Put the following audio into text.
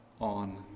on